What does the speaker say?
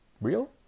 real